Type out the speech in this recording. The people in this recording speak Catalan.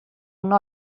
una